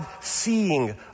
seeing